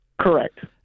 Correct